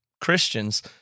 Christians